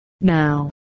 Now